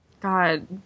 God